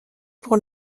pour